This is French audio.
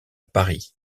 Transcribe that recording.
paris